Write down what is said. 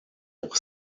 pour